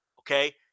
okay